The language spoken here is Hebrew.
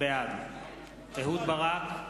בעד אהוד ברק,